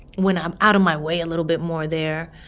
went um out of my way a little bit more there.